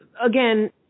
again